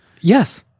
Yes